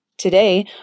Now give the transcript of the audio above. Today